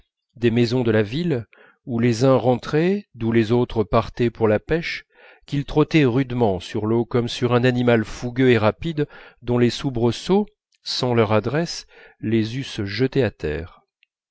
des maisons de la ville où les uns rentraient d'où les autres partaient pour la pêche qu'ils trottaient rudement sur l'eau comme sur un animal fougueux et rapide dont les soubresauts sans leur adresse les eussent jetés à terre